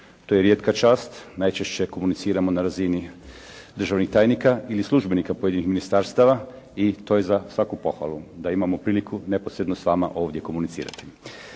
to je rijetka čast, najčešće komuniciramo na razini državnih tajnika ili službenika pojedinih ministarstava i to je za svaku pohvalu, da imamo priliku neposredno s vama ovdje komunicirati.